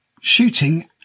shooting